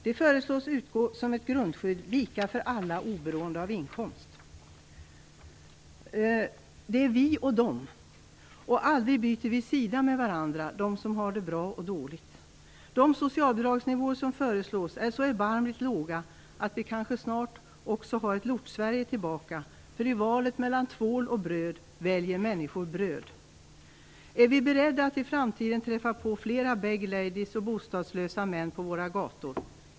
De föreslås utgå som ett grundskydd, lika för alla oberoende av inkomst. Det är "vi" och "dom", och aldrig byter vi sida med varandra - de som har det bra och de som har det dåligt. De socialbidragsnivåer som föreslås är så erbarmligt låga att vi kanske snart också har ett Lortsverige tillbaka. I valet mellan tvål och bröd väljer människor bröd. Är vi beredda att i framtiden träffa på fler bagladies och bostadslösa män på våra gator?